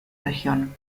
región